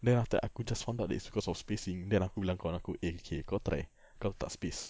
then after aku just found out that it's because of spacing then aku bilang kawan aku eh okay kau try kau letak space